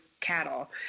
cattle